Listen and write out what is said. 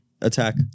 attack